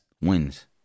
wins